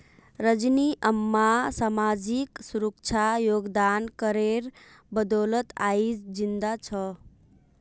रजनी अम्मा सामाजिक सुरक्षा योगदान करेर बदौलत आइज जिंदा छ